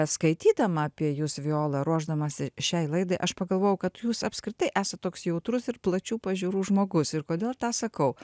skaitydama apie jus viola ruošdamasi šiai laidai aš pagalvojau kad jūs apskritai esat toks jautrus ir plačių pažiūrų žmogus ir kodėl tą sakau